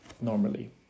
normally